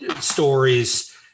stories